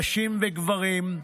נשים וגברים,